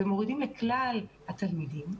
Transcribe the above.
ומורידים לכלל התלמידים,